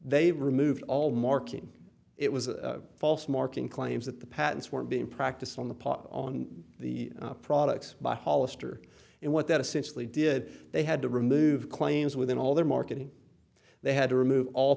they removed all marking it was a false marking claims that the patents were being practiced on the part on the products by hollister and what that essentially did they had to remove claims within all their marketing they had to remove all